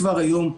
כבר היום,